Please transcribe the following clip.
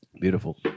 Beautiful